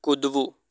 કૂદવું